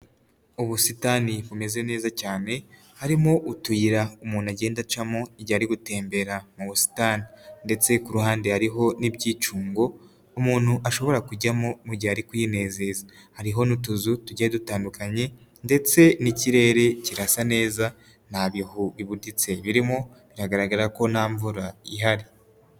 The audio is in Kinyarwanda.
Ubusitani bumeze neza cyane harimo utuyira umuntu agenda acamo igihe ari gutembera mu busitani ndetse ku ruhande hariho n'ibyicyungo umuntu ashobora kujyamo mu gihe ari kuwinyinezeza hariho n'utuzu tugiye dutandukanye ndetse n'ikirere kirasa neza nta bihu bibuditse birimo biragaragara ko nta mvura ihari.